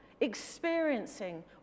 experiencing